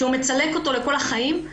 שהוא מצלק אותו לכל החיים,